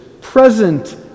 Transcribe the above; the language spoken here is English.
present